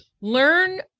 learn